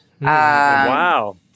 Wow